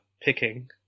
picking